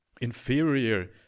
Inferior